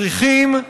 צריכים,